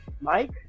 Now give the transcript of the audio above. Mike